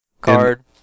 card